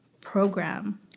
program